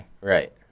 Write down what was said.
Right